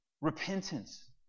Repentance